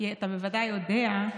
כי אתה בוודאי יודע,